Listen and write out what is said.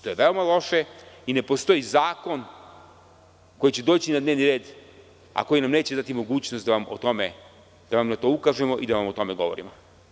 To je veoma loše i ne postoji zakon koji će doći na dnevni red, a koji nam neće dati mogućnost da vam na to ukažemo i da vam o tome govorimo.